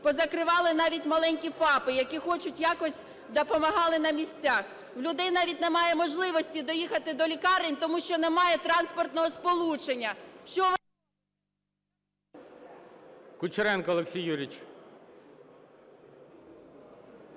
позакривали навіть маленькі ФАПи, які хоч якось допомагали на місцях. В людей навіть немає можливості доїхати до лікарень, тому що немає транспортного сполучення…